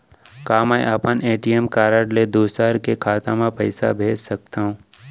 का मैं अपन ए.टी.एम कारड ले दूसर के खाता म पइसा भेज सकथव?